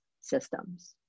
systems